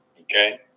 Okay